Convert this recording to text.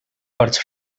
corts